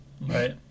Right